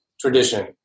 tradition